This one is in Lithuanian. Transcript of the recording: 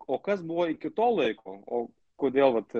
o kas buvo iki tol laiko o kodėl vat